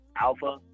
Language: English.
Alpha